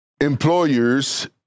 employers